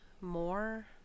more